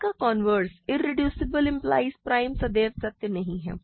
इसका converse irreducible implies prime सदैव सत्य नहीं है